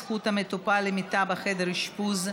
זכות המטופל למיטה בחדר אשפוז),